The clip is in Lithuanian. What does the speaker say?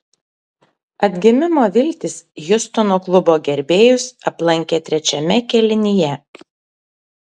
atgimimo viltys hjustono klubo gerbėjus aplankė trečiame kėlinyje